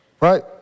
Right